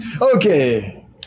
okay